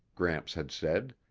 gramps had said,